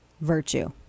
virtue